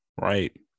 Right